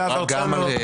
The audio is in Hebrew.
למה?